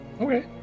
okay